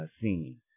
scene